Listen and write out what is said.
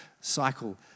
cycle